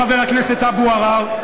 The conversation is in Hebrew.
חבר הכנסת אבו עראר.